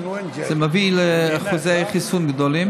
וזה מביא לאחוזי חיסון גדולים.